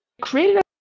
created